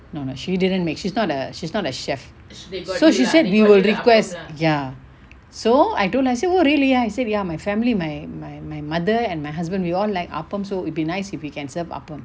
no no she didn't make she's not a she's not a chef so she said we will request ya so I told her I say oh really then I say ya my family my my my mother and my husband we all like appam so it'd be nice if you can serve appam